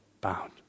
bound